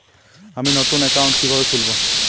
আমি নতুন অ্যাকাউন্ট কিভাবে খুলব?